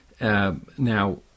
Now